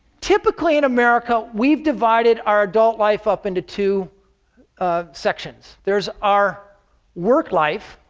typically in america we've divided our adult life up into two ah sections. there is our work life,